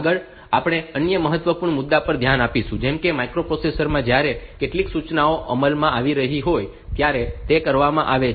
આગળ આપણે અન્ય મહત્વપૂર્ણ મુદ્દા પર ધ્યાન આપીશું જેમ કે માઇક્રોપ્રોસેસર માં જ્યારે કેટલીક સૂચનાઓ અમલમાં આવી રહી હોય ત્યારે તે કરવામાં આવે છે